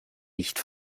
nicht